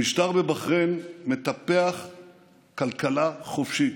המשטר בבחריין מטפח כלכלה חופשית,